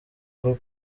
rwo